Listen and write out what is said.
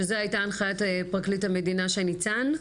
שזה הייתה הנחיית פרקליט המדינה שי ניצן?